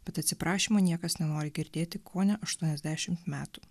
bet atsiprašymo niekas nenori girdėti kone aštuoniasdešim metų